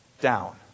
down